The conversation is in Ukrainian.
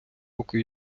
поки